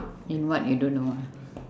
in what you don't know ah